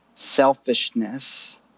selfishness